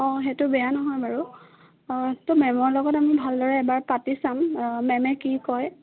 অঁ সেইটো বেয়া নহয় বাৰু অঁ তে মে'মৰ লগত আমি ভালদৰে এবাৰ পাতি চাম মে'মে কি কয়